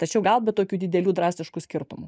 tačiau gal be tokių didelių drastiškų skirtumų